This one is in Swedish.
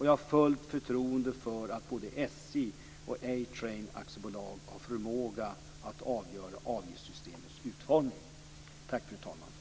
Jag har fullt förtroende för att både SJ och A-Train AB har förmåga att avgöra avgiftssystemets utformning.